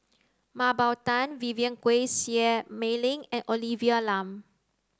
Mah Bow Tan Vivien Quahe Seah Mei Lin and Olivia Lum